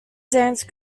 dance